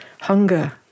hunger